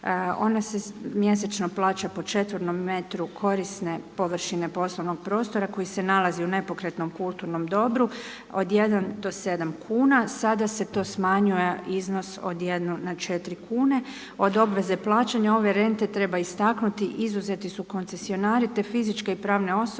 ona se mjesečno plaća po četvrnom metru korisne površine poslovnog prostora koji se nalazi u nepokretnom kulturnom dobru od 1 do 7 kuna. Sada se to smanjuje iznos od 1 na 4 kune. Od obveze plaćanja ove rente treba istaknuti, izuzeti u koncesionari te fizičke i pravne osobe